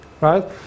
right